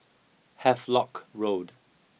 Havelock Road